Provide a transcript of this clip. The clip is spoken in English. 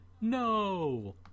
No